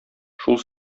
шул